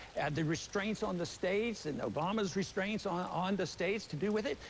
the restraints on the states, and obama's restraints on on the states to deal with it.